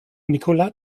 nicola